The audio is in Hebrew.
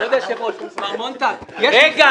אומרים?